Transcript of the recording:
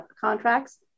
contracts